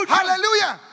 Hallelujah